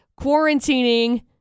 quarantining